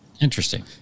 Interesting